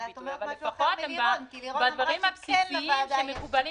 אבל לפחות בדברים הבסיסיים שמקובלים